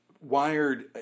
wired